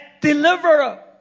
deliverer